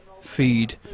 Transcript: feed